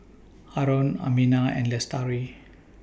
Haron Aminah and Lestari